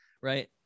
right